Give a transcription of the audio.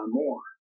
more